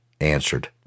answered